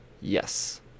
yes